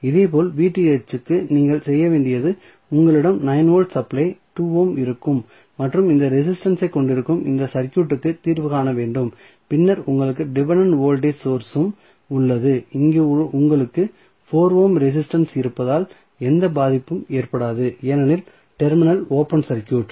இதேபோல் க்கு நீங்கள் செய்ய வேண்டியது உங்களிடம் 9 வோல்ட் சப்ளை 2 ஓம் இருக்கும் மற்றும் இந்த ரெசிஸ்டன்ஸ் ஐ கொண்டிருக்கும் இந்த சர்க்யூட்க்கு தீர்வு காண வேண்டும் பின்னர் உங்களுக்கு டிபென்டென்ட் வோல்டேஜ் சோர்ஸ் உம் உள்ளது இங்கு உங்களுக்கு 4 ஓம் ரெசிஸ்டன்ஸ் இருப்பதால் எந்த பாதிப்பும் ஏற்படாது ஏனெனில் டெர்மினல் ஓபன் சர்க்யூட்